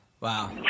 Wow